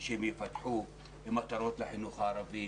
שהם יפתחו מטרות לחינוך הערבי,